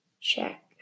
check